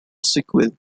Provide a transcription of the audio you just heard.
sequel